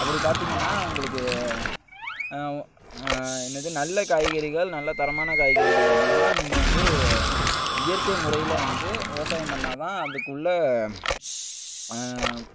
அப்படி பார்த்தீங்கன்னா உங்களுக்கு என்னது நல்ல காய்கறிகள் நல்ல தரமான காய்கறிகள் வேணும்னா நீங்கள் வந்து இயற்கை முறையில் வந்து விவசாயம் பண்ணிணா தான் அதுக்குள்ளே